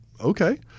Okay